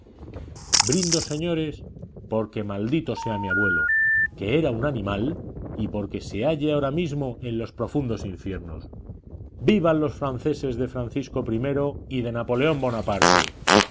brindo señores porque maldito sea mi abuelo que era un animal y porque se halle ahora mismo en los profundos infiernos vivan los franceses de francisco i y de napoleón bonaparte